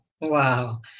Wow